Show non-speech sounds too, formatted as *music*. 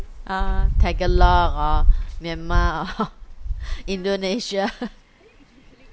uh tagalog or Myanmar or *laughs* Indonesia